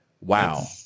Wow